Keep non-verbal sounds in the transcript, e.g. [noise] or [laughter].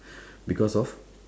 [breath] because of